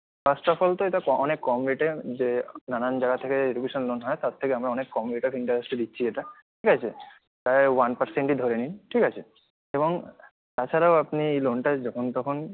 first of all তো এটা ক অনেক কম রেটে যে নানান জায়গা থেকে এডুকেশান লোন হয় তার থেকে আমরা অনেক কম রেট অফ ইন্টারেস্টে দিচ্ছি এটা ঠিক আছে প্রায় ওয়ান পারসেন্টই ধরে নিন ঠিক আছে এবং তাছাড়াও আপনি এই লোনটা যখন তখন